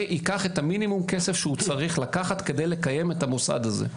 וייקח את המינימום כסף שהוא צריך לקחת כדי לקיים את המוסד הזה.